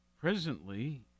Presently